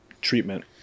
treatment